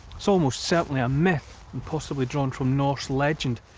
so almost certainly a myth and possibly drawn from norse legend.